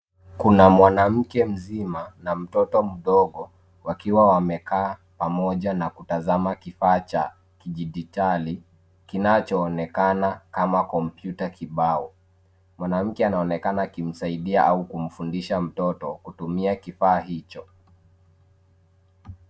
Kuna mwanamke mzima na mtoto mdogo wakiwa wamekaa pamoja na kutazama kifaa cha kidigitali, kinachoonekana kama computer kibao. Mwanamke anaonekana akimsaidia au kumfundisha mtoto kutumia kifaa hicho.